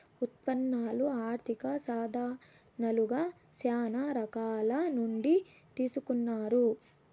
ఉత్పన్నాలు ఆర్థిక సాధనాలుగా శ్యానా రకాల నుండి తీసుకున్నారు